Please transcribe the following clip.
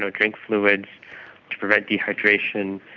drink fluids to prevent dehydration.